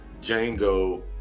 Django